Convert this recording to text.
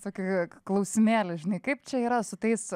tokį klausimėlį žinai kaip čia yra su tais